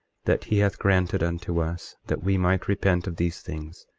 that he hath granted unto us that we might repent of these things,